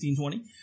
1520